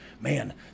man